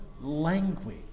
language